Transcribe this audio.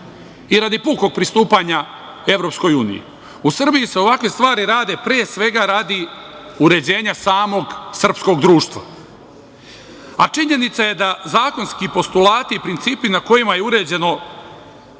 i radi pukom pristupanja EU. U Srbiji se ovakve stvari rade pre svega radi uređenja samog srpskog društva, a činjenica je da zakonski postulati i principi na kojima je uređeno